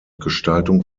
gestaltung